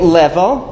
level